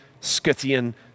Scythian